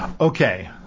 okay